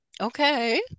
Okay